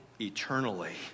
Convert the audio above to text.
eternally